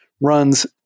runs